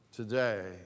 Today